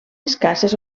escasses